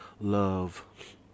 Love